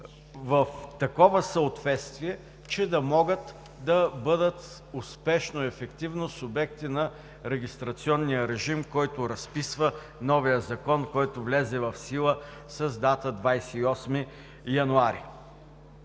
в такова съответствие, че да могат да бъдат успешно и ефективно субекти на регистрационния режим, който разписва новия закон, който влезе в сила с дата 28 януари.